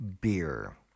beer